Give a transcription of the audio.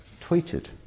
tweeted